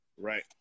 Right